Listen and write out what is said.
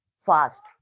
fast